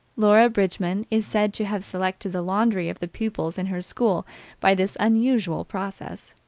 laura bridgeman is said to have selected the laundry of the pupils in her school by this unusual process.